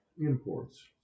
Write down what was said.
Imports